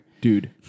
Dude